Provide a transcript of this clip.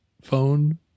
phone